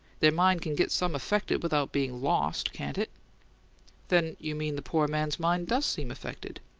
their mind can get some affected without bein' lost, can't it? then you mean the poor man's mind does seem affected?